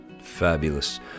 Fabulous